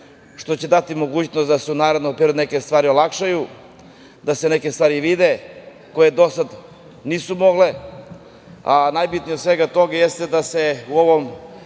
što će dati mogućnost da se u narednom periodu neke stvari olakšaju, da se neke stvari vide, koje do sada nisu mogle. Najbitnije od svega toga jeste da se u ovim